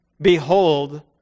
Behold